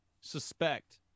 suspect